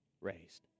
raised